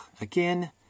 again